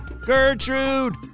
Gertrude